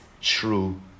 true